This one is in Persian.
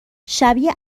شبیه